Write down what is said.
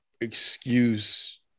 excuse